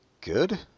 good